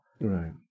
Right